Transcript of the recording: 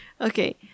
Okay